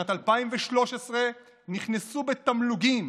בשנת 2013 נכנסו מתמלוגים,